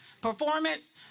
Performance